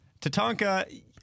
Tatanka